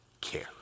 care